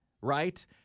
right